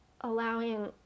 allowing